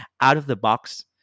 out-of-the-box